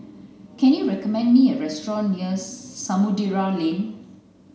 can you recommend me a restaurant nears Samudera Lane